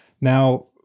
Now